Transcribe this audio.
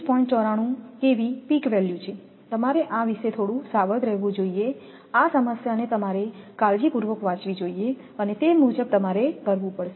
94 kV peak value છે તમારે આ વિશે થોડું સાવધ રહેવું જોઈએ આ સમસ્યાને તમારે કાળજીપૂર્વક વાંચવી જોઈએ અને તે મુજબ તમારે કરવું પડશે